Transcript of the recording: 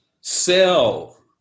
Sell